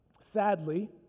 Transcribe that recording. sadly